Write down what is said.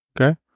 okay